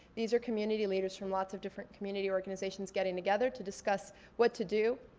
these are community leaders from lots of different community organizations getting together to discuss what to do.